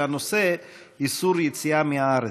והנושא: איסור יציאה מהארץ.